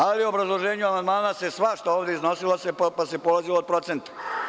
Ali, u obrazloženju amandmana se svašta ovde iznosilo, pa se polazilo od procenta.